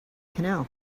canal